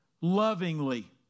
lovingly